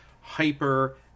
hyper